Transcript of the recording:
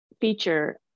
feature